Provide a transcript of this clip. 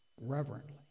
reverently